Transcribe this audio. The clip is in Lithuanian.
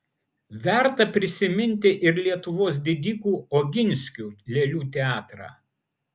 verta prisiminti ir lietuvos didikų oginskių lėlių teatrą